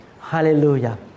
Hallelujah